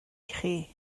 chi